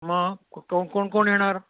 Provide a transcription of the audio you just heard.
मग कोण कोण कोण येणार